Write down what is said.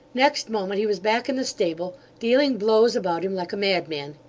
next moment he was back in the stable, dealing blows about him like a madman.